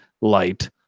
light